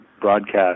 broadcast